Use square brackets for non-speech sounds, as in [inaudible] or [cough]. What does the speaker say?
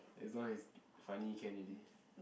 as long as funny can already [breath]